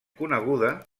coneguda